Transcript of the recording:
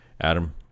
Adam